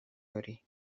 hori